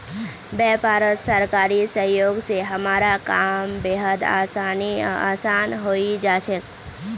व्यापारत सरकारी सहयोग स हमारा काम बेहद आसान हइ जा छेक